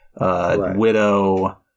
widow –